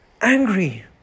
angry